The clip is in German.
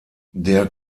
der